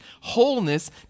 wholeness